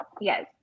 Yes